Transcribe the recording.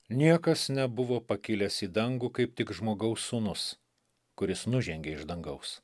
niekas nebuvo pakilęs į dangų kaip tik žmogaus sūnus kuris nužengė iš dangaus